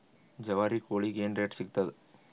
ಜವಾರಿ ಕೋಳಿಗಿ ಏನ್ ರೇಟ್ ಸಿಗ್ತದ?